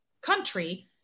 country